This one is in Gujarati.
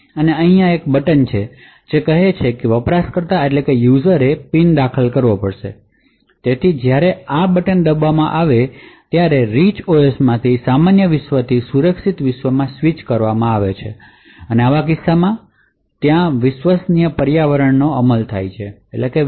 અને અહીં એક બટન છે જે કહે છે કે યુઝરએ પિન દાખલ કરવો પડશે જેથી જ્યારે આ બટન દબાવવામાં આવે ત્યારે રિચ ઓએસમાં સામાન્ય વિશ્વથી સુરક્ષિત વિશ્વમા સ્વીચ કરવામા આવે છે અને આવા કિસ્સામાં અને ત્યાં વિશ્વસનીય પર્યાવરણમાં અમલ થશે